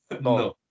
No